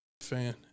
Fan